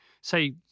say